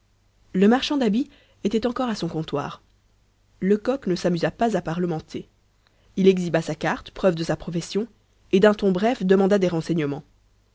le marchand d'habits était encore à son comptoir lecoq ne s'amusa pas à parlementer il exhiba sa carte preuve de sa profession et d'un ton bref demanda des renseignements